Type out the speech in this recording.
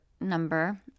number